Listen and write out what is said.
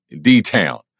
D-Town